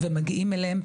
ומגיעים אליהם,